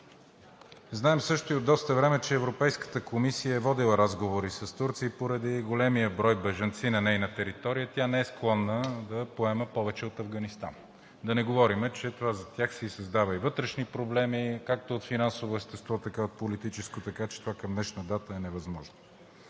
Знаем също и от доста време, че Европейската комисия е водила разговори с Турция и поради големия брой бежанци на нейна територия тя не е склонна да поема повече от Афганистан. Да не говорим, че това за тях създава и вътрешни проблеми – както от финансово естество, така от политическо, така че това към днешна дата е невъзможно.